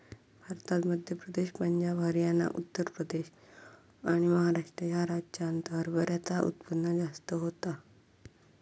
भारतात मध्य प्रदेश, पंजाब, हरयाना, उत्तर प्रदेश आणि महाराष्ट्र ह्या राज्यांत हरभऱ्याचा उत्पन्न जास्त होता